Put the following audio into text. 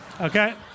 Okay